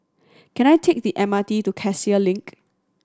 can I take the M R T to Cassia Link